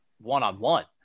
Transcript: one-on-one